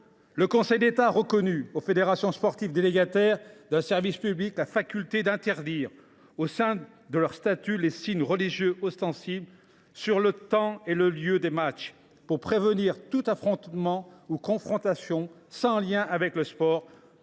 Le Conseil d’État a reconnu aux fédérations sportives délégataires d’un service public la faculté d’interdire, au sein de leurs statuts, les signes religieux ostensibles sur le lieu et pendant la durée des matchs, afin de prévenir tout affrontement ou toute confrontation sans lien avec le sport.